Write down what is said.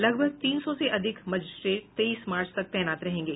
लगभग तीन सौ से अधिक मजिस्ट्रेट तेईस मार्च तक तैनात रहेंगे